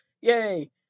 yay